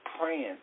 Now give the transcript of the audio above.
praying